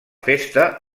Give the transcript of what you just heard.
festa